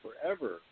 forever